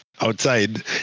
outside